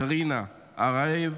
קרינה ארייב